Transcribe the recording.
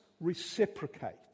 reciprocate